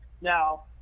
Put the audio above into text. Now